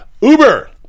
Uber